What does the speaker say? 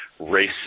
race